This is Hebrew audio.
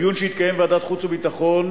בדיון שהתקיים בוועדת החוץ והביטחון